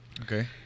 Okay